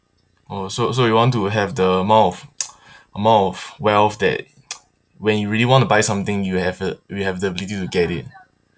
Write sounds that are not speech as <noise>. oh so so you want to have the amount of <noise> amount of wealth that <noise> when you really want to buy something you have the you have the ability to get it